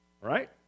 Right